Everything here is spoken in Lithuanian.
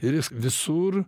ir jis visur